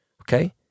okay